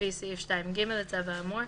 לפי סעיף 2(ג) לצו האמור,